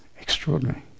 extraordinary